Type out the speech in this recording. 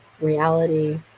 reality